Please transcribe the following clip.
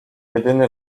jedyny